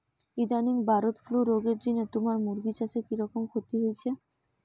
ইদানিং bird flu রগের জিনে তুমার মুরগি চাষে কিরকম ক্ষতি হইচে?